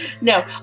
No